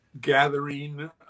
gathering